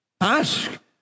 Ask